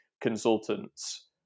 consultants